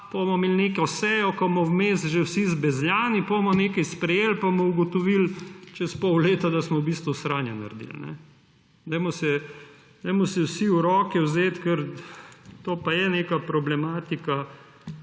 imeli neko sejo, ko bomo vmes že vsi zbezljani, potem bomo nekaj sprejeli pa bomo ugotovili čez pol leta, da smo v bistvu sranje naredili. Dajmo se vsi v roke vzeti, ker to pa je neka problematika,